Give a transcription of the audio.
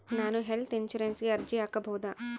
ನಾನು ಹೆಲ್ತ್ ಇನ್ಶೂರೆನ್ಸಿಗೆ ಅರ್ಜಿ ಹಾಕಬಹುದಾ?